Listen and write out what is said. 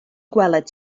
gweled